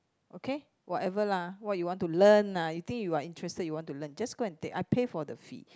okay whatever lah what you want to learn ah you think you are interested you want to learn just go and take I pay for the fee